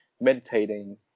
meditating